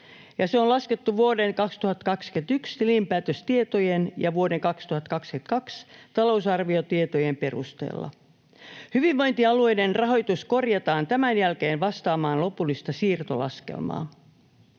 se on laskettu vuoden 2021 tilinpäätöstietojen ja vuoden 2022 talousarviotietojen perusteella. Hyvinvointialueiden rahoitus korjataan tämän jälkeen vastaamaan lopullista siirtolaskelmaa.